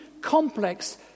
complex